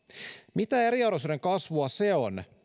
mitä eriarvoisuuden kasvua se on